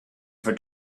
for